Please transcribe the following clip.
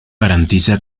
garantiza